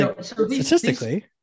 statistically